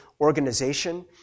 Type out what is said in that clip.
organization